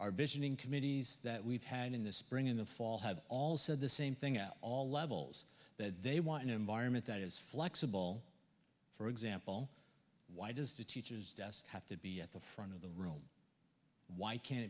our vision in committees that we've had in the spring in the fall have all said the same thing at all levels that they want an environment that is flexible for example why does a teacher's desk have to be at the front of the room why can't